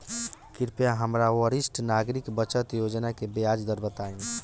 कृपया हमरा वरिष्ठ नागरिक बचत योजना के ब्याज दर बताइं